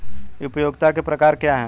उपयोगिताओं के प्रकार क्या हैं?